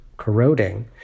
corroding